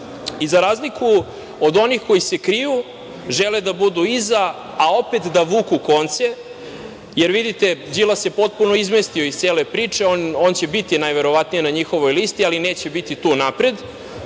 Za razliku od onih koji se kriju, žele da budu iza, a opet da vuku konce, jer vidite Đilas se potpuno izmestio iz cele priče, najverovatnije će biti na njihovoj listi, ali neće biti tu napred,